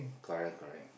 correct correct